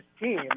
team